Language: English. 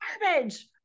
garbage